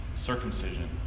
Circumcision